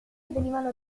venivano